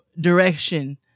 direction